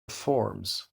forms